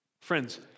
Friends